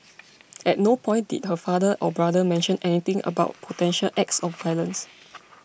at no point did her father or brother mention anything about potential acts of violence